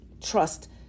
trust